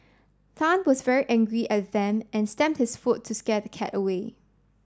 Tan was very angry at Vamp and stamped his foot to scare the cat away